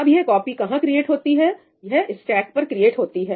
अब यह कॉपी कहां क्रिएट होती है यह स्टैक पर क्रिएट होती है